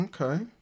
Okay